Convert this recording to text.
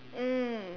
mm